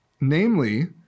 Namely